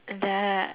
the